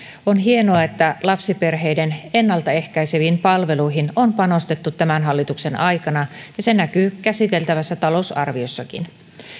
on hienoa että lapsiperheiden ennalta ehkäiseviin palveluihin on panostettu tämän hallituksen aikana ja se näkyy käsiteltävässä talousarviossakin